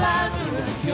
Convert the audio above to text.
Lazarus